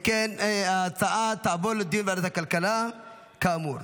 אם כן ההצעה תעבור לדיון בוועדת הכלכלה כאמור.